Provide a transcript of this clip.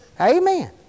Amen